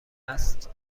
است